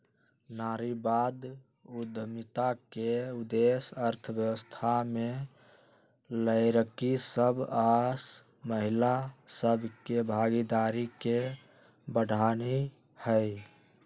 नारीवाद उद्यमिता के उद्देश्य अर्थव्यवस्था में लइरकि सभ आऽ महिला सभ के भागीदारी के बढ़ेनाइ हइ